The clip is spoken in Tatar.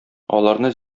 аларны